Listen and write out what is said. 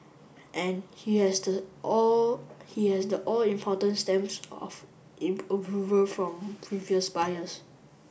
and he has the all he has the all important stamps of it approval from previous buyers